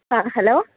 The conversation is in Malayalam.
ആ ഹലോ